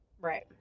right